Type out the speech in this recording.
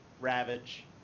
Ravage